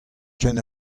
ken